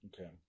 Okay